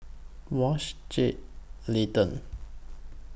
Wash Jed Layton